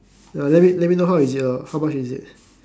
ya let me let me know how is it lor how much is it